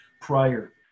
prior